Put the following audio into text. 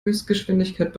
höchstgeschwindigkeit